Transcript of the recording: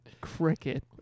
Cricket